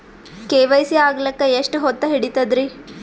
KYC ಆಗಲಕ್ಕ ಎಷ್ಟ ಹೊತ್ತ ಹಿಡತದ್ರಿ?